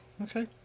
Okay